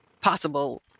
possible